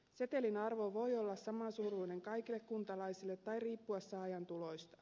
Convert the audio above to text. setelin arvo voi olla samansuuruinen kaikille kuntalaisille tai riippua saajan tuloista